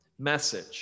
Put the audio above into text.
message